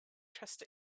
trust